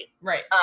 Right